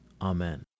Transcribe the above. Amen